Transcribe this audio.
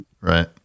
Right